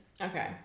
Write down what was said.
Okay